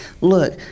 look